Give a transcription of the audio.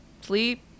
sleep